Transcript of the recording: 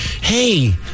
Hey